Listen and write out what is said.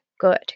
Good